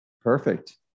Perfect